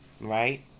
right